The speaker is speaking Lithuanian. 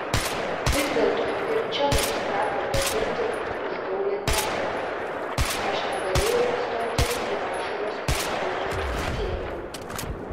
vis dėlto ir čia mums teko patirti užgaulią nesėkmę aš negalėjau įstoti į varšuvos prancūzų licėjų